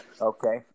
Okay